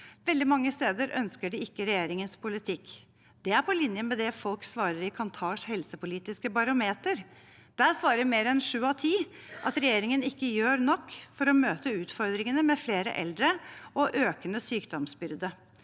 Veldig mange steder ønsker de ikke regjeringens politikk. Det er på linje med det folk svarer i Kantars Helsepolitisk barometer. Der svarer mer enn sju av ti at regjeringen ikke gjør nok for å møte utfordringene med flere eldre og økende sykdomsbyrde.